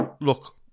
look